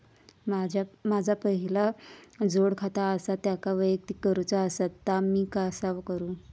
माझा पहिला जोडखाता आसा त्याका वैयक्तिक करूचा असा ता मी कसा करू?